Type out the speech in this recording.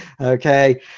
Okay